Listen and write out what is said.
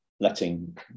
Letting